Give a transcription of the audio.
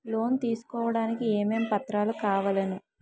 Loan తీసుకోడానికి ఏమేం పత్రాలు కావలెను?